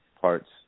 parts